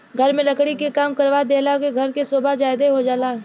घर में लकड़ी के काम करवा देहला से घर के सोभा ज्यादे हो जाला